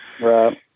Right